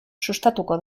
sustatuko